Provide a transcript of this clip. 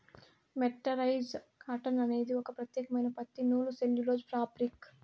mercerised cotton అనేది ఒక ప్రత్యేకమైన పత్తి నూలు సెల్యులోజ్ ఫాబ్రిక్